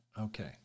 Okay